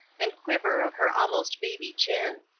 and quiver of her almost baby chin.